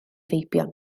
feibion